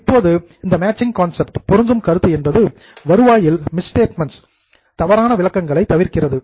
இப்போது இந்த matching concept பொருந்தும் கருத்து என்பது வருவாயில் மிஸ் ஸ்டேட்மெண்ட்ஸ் தவறான விளக்கங்களை தவிர்க்கிறது